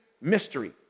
mystery